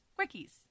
quickies